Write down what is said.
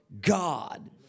God